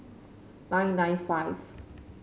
nine nine five